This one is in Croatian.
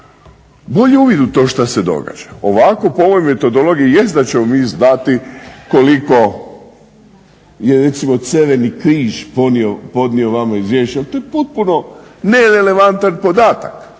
bolji uvid u to što se događa. Ovako po ovoj metodologiji jest da ćemo mi znati koliko je recimo Crveni križ podnio vama izvješće, ali to je potpuno nerelevantan podatak